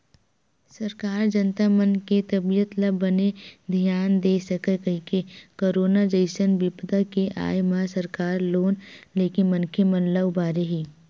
सरकार जनता मन के तबीयत ल बने धियान दे सकय कहिके करोनो जइसन बिपदा के आय म सरकार लोन लेके मनखे मन ल उबारे हे